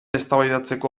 eztabaidatzeko